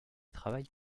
travaille